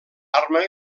arma